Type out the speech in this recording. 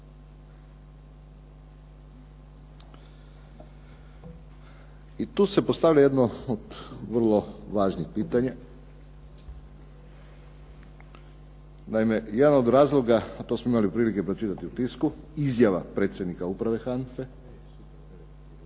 I tu se postavlja jedno od vrlo važnih pitanja. Naime jedan od razloga, a to smo imali priliku pročitati u tisku, izjava predsjednika uprave HANFA-e